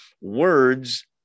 Words